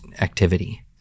activity